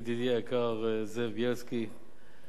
ידידי היקר זאב בילסקי,